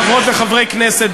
חברות וחברי כנסת,